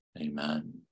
Amen